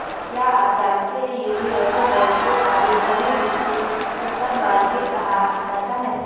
क्या आप जानते है यूनिवर्सल बैंक को कभी कभी वित्तीय सुपरमार्केट कहा जाता है?